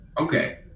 okay